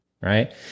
right